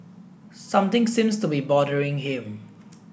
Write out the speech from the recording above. something seems to be bothering him